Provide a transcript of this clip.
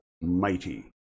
mighty